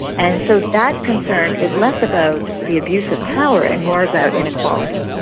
and so that concern is less about the abuse of power and more about inequality.